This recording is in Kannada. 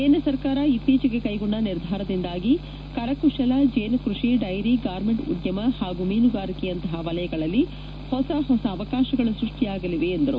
ಕೇಂದ್ರ ಸರ್ಕಾರ ಇತ್ತೀಚಿಗೆ ಕೈಗೊಂಡ ನಿರ್ಧಾರದಿಂದಾಗಿ ಕರಕುಶಲ ಜೇನು ಕೃಷಿ ಡೈರಿ ಗಾರ್ಮೆಂಟ್ ಉದ್ದಮ ಪಾಗೂ ಮೀನುಗಾರಿಕೆಯಂತಪ ವಲಯಗಳಲ್ಲಿ ಹೊಸ ಹೊಸ ಅವಕಾಶಗಳು ಸ್ಕಷ್ಟಿಯಾಗಲಿವೆ ಎಂದರು